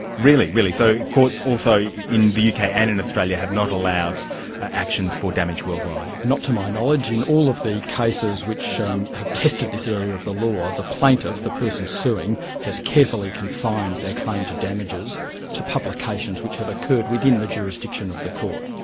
really? so courts also in the uk and in australia have not allowed actions for damage world-wide? not to my knowledge. in all of the cases which um have tested this area of the law, the plaintiff, the person suing, has carefully confined their claim to damages to publications which have occurred within the jurisdiction of the court.